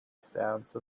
stance